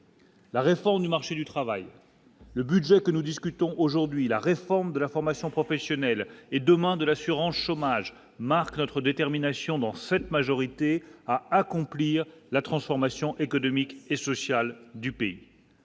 La réforme du marché du travail, le budget que nous discutons aujourd'hui la raison. Forme de la formation professionnelle et demain de l'assurance chômage marque notre détermination dans cette majorité à accomplir la transformation économique et sociale du pays,